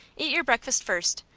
eat your breakfast first,